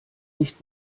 nicht